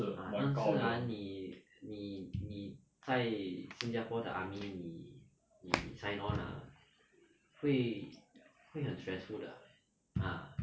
但是 ah 你你你在新加坡的 army 你你 sign on lah 会很 stressful 的 ah